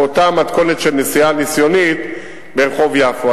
באותה מתכונת של נסיעה ניסיונית ברחוב יפו.